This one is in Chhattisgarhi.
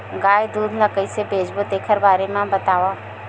गाय दूध ल कइसे बेचबो तेखर बारे में बताओ?